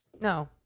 No